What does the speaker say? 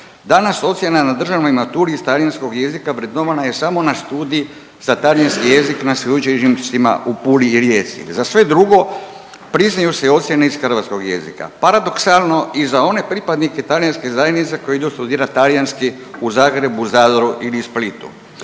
Danas su ocjene na državnoj maturi iz talijanskog jezika vrednovana je samo na studij za talijanski jezik na sveučilištima u Puli i Rijeci, za sve drugo priznaju se ocjene iz hrvatskog jezika. Paradoksalno i za one pripadnike talijanske zajednice koji idu studirati talijanski u Zagrebu, Zadru ili Splitu.